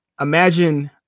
imagine